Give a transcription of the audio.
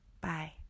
Bye